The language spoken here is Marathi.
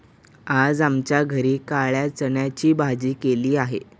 आज आमच्या घरी काळ्या चण्याची भाजी केलेली आहे